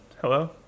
Hello